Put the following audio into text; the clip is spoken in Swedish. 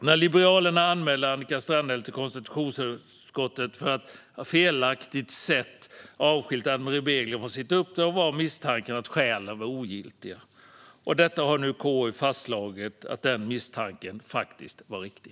När Liberalerna anmälde Annika Strandhäll till konstitutionsutskottet för att på felaktigt sätt ha avskilt Ann-Marie Begler från hennes uppdrag var misstanken att skälen var ogiltiga. KU har nu fastslagit att den misstanken var riktig.